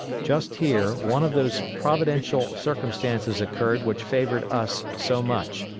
just here one of those providential circumstances occurred which favored us so much,